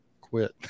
quit